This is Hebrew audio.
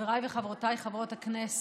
חבריי וחברותיי חברות הכנסת,